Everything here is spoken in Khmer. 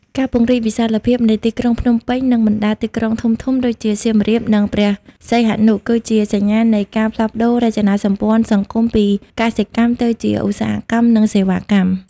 ការពង្រីកវិសាលភាពនៃទីក្រុងភ្នំពេញ និងបណ្ដាទីក្រុងធំៗដូចជាសៀមរាប និងព្រះសីហនុ គឺជាសញ្ញាណនៃការផ្លាស់ប្តូររចនាសម្ព័ន្ធសង្គមពីកសិកម្មទៅជាឧស្សាហកម្ម និងសេវាកម្ម។